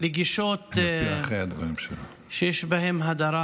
לגישות שיש בהן הדרה